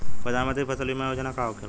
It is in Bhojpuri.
प्रधानमंत्री फसल बीमा योजना का होखेला?